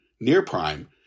near-prime